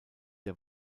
der